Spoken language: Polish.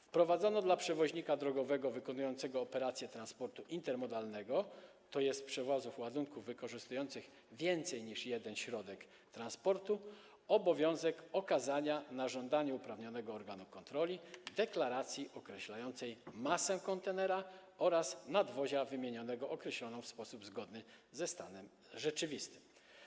Wprowadzono dla przewoźnika drogowego wykonującego operacje transportu intermodalnego, tj. przewóz ładunków wykorzystujących więcej niż jeden środek transportu, obowiązek okazania na żądanie uprawnionego organu kontroli deklaracji określającej masę kontenera oraz nadwozia wymiennego określoną w sposób zgodny ze stanem rzeczywistym.